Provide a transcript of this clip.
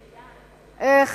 איך.